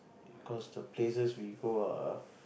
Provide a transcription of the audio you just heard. cause the places we go are